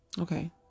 okay